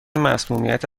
مصمومیت